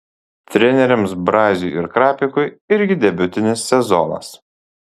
treneriams braziui ir krapikui irgi debiutinis sezonas